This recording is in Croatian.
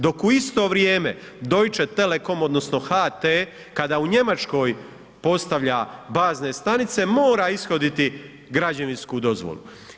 Dok u isto vrijeme Deutsche Telecom odnosno HT kada u Njemačkoj postavlja bazne stanice mora ishoditi građevinsku dozvolu.